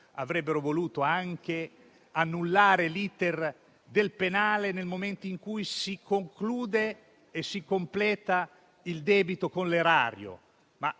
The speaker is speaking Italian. avrebbero voluto annullare l'*iter* penale nel momento in cui si conclude e si completa il debito con l'Erario.